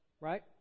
right